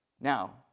Now